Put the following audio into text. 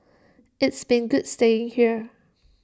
it's been good staying here